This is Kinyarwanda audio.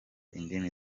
indimi